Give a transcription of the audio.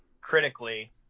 critically